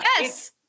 Yes